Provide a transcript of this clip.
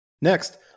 Next